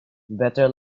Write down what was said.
better